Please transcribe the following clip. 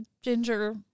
ginger